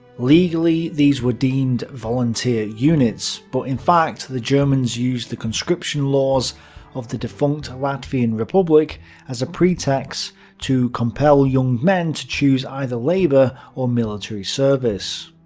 legally, these were deemed volunteer units, but in fact the germans used the conscription laws of the defunct latvian republic as a pretext to compel young men to choose either labor or military service.